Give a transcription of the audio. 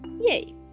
Yay